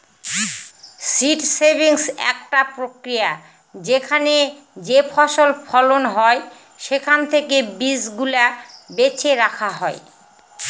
seed saving একটা প্রক্রিয়া যেখানে যেইফসল ফলন হয় সেখান থেকে বীজ গুলা বেছে রাখা হয়